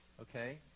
okay